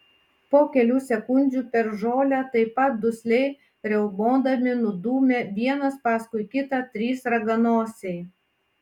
po kelių sekundžių per žolę taip pat dusliai riaumodami nudūmė vienas paskui kitą trys raganosiai